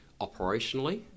operationally